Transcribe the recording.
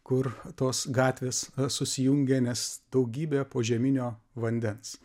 kur tos gatvės susijungia nes daugybė požeminio vandens